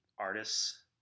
artists